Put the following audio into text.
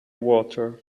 water